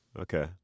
Okay